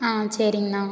ஆ சரிங்ண்ணா